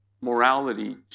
morality